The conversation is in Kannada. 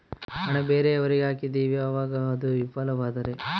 ಹಣ ಬೇರೆಯವರಿಗೆ ಹಾಕಿದಿವಿ ಅವಾಗ ಅದು ವಿಫಲವಾದರೆ?